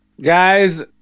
guys